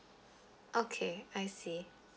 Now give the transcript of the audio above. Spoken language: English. okay I see